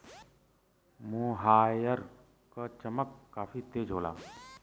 मोहायर क चमक काफी तेज होला